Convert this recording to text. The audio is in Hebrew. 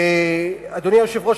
אדוני היושב-ראש,